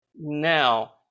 Now